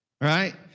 Right